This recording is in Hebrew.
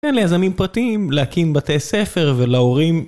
כן, ליזמים פרטיים, להקים בתי ספר ולהורים